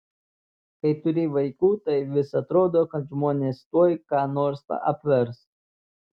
kai turi vaikų tai vis atrodo kad žmonės tuoj ką nors apvers